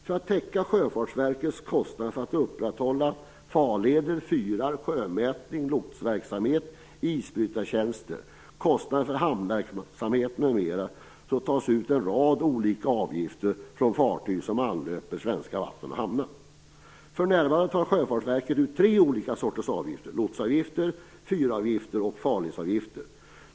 För att täcka Sjöfartsverkets kostnader för att upprätthålla farleder, fyrar, sjömätning, lotsverksamhet, isbrytartjänster, hamnverksamhet m.m. tas det ut en rad olika avgifter från fartyg som anlöper svenska vatten och hamnar. För närvarande tar Sjöfartsverket ut tre olika sorters avgifter: lotsavgifter, fyravgifter och farledsavgifter.